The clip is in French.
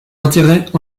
intérêts